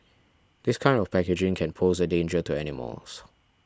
this kind of packaging can pose a danger to animals